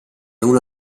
una